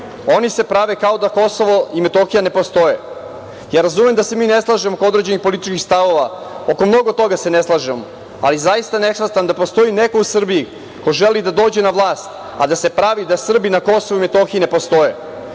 Oni se prave kao da Kosovo i Metohija ne postoje. Ja razumem da se mi ne slažemo oko određenih političkih stavova, oko mnogo toga se ne slažemo, ali zaista ne shvatam da postoji neko u Srbiji ko želi da dođe na vlast, a da se pravi da Srbi na Kosovu i Metohiji ne postoje,